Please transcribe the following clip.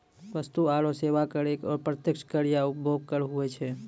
वस्तु आरो सेवा कर एक अप्रत्यक्ष कर या उपभोग कर हुवै छै